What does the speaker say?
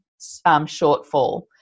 shortfall